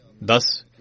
Thus